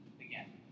again